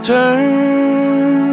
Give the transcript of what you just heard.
turn